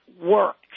works